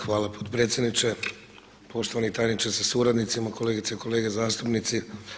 Hvala potpredsjedniče, poštovani tajniče sa suradnicima, kolegice i kolege zastupnici.